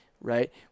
Right